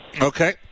Okay